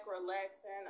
relaxing